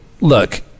look